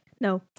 No